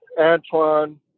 antoine